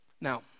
Now